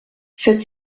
sept